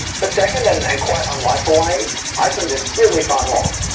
but second and, and quite unlike hawaii iceland is really far north,